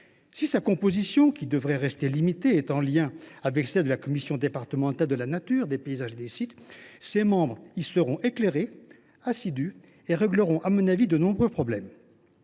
Si sa composition, qui devra rester limitée, est à l’image de celle de la commission départementale de la nature, des paysages et des sites, ses membres seront éclairés, assidus, et permettront, à mon avis, de résoudre